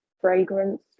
fragrance